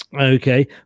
Okay